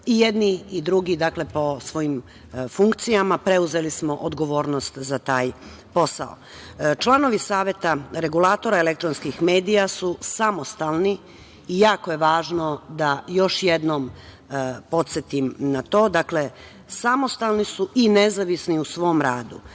I jedni i drugi, po svojim funkcijama, preuzeli smo odgovornost za taj posao. Članovi Saveta Regulatornog tela elektronskih medija su samostalni i jako je važno da još jednom podsetim na to. Dakle, samostalni su i nezavisni u svom radu.